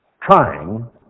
trying